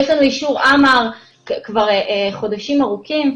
יש לנו אישור אמ"ר כבר חודשים ארוכים.